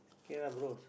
K lah bros